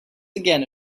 again